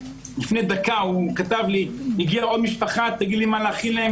לפני דקה הוא כתב לי שהגיעה עוד משפחה: תגיד לי מה להכין להם,